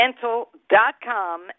Dental.com